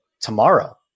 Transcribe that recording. tomorrow